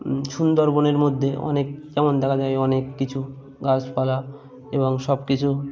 সুন্দরবনের মধ্যে অনেক যেমন দেখা যায় অনেক কিছু গাছপালা এবং সবকিছু